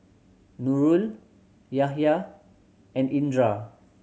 Nurul Yahya and Indra